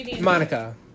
Monica